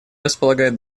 располагает